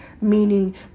meaning